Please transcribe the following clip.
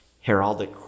Heraldic